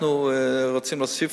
אנחנו רוצים להוסיף